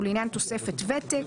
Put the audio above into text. ולעניין תוספת ותק,